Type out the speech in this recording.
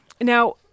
Now